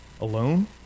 Alone